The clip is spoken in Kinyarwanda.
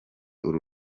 uru